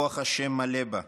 רוח ד' מלא בה, רוח שם מלא בקרבה,